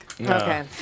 Okay